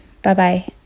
Bye-bye